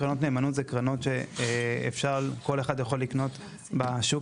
קרנות נאמנות זה קרנות שכל אחד יכול לקנות בשוק